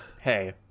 hey